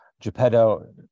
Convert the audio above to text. Geppetto